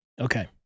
Okay